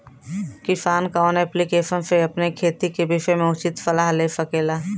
किसान कवन ऐप्लिकेशन से अपने खेती के विषय मे उचित सलाह ले सकेला?